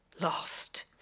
Lost